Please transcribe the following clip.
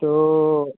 तो